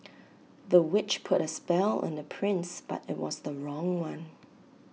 the witch put A spell on the prince but IT was the wrong one